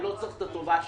אני לא צריך את הטובה שלהם.